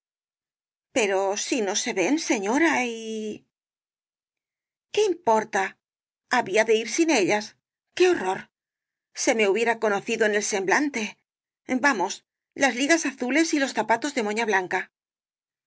pero si no se ven señora y el caballero de las botas azules qué importa había de ir sin ellas qué horror se me hubiera conocido en el semblante vamos las ligas azules y los zapatos de moña blanca